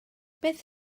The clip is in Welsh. beth